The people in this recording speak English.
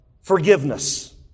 forgiveness